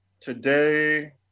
today